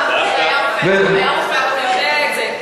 הרמב"ם היה רופא, אתה יודע את זה.